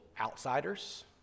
outsiders